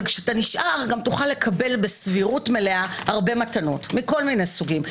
אבל כשאתה נשאר תוכל גם לקבל בסבירות מלאה הרבה מתנות מכל מיני סוגים.